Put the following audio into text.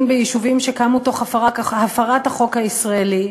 ביישובים שקמו תוך הפרת החוק הישראלי,